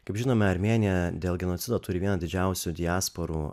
kaip žinome armėnija dėl genocido turi vieną didžiausių diasporų